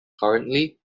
currently